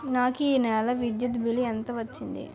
నాకు ఈ నెల విద్యుత్ బిల్లు ఎంత వచ్చింది?